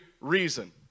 reason